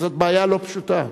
וזאת בעיה לא פשוטה,